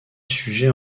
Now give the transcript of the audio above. sujets